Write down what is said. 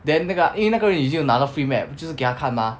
then 那个因为那个人已经有拿到 free map 就是给他看 mah